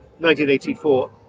1984